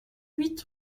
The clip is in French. huit